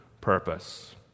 purpose